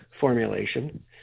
formulation